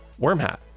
wormhat